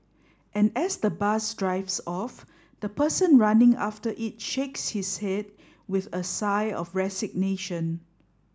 and as the bus drives off the person running after it shakes his head with a sigh of resignation